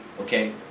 Okay